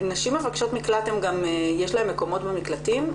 נשים מבקשות מקלט יש להן מקומות במקלטים?